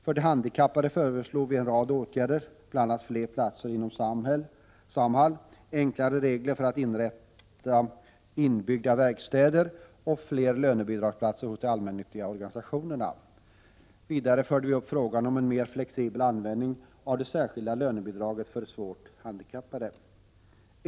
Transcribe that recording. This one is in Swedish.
För de handikappade föreslog vi en rad åtgärder, bl.a. fler platser inom Samhall, enklare regler för att inrätta inbyggda verkstäder och fler lönebidragsplatser hos de allmännyttiga 'organisationerna. Vidare förde vi upp frågan om en mer flexibel användning av det särskilda lönebidraget för svårt handikappade.